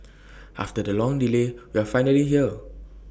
after the long delay we are finally here